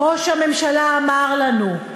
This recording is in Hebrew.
ראש הממשלה אמר לנו,